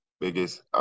biggest